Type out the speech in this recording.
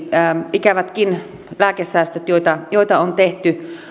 ikävätkin lääkesäästöt joita joita on tehty